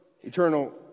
eternal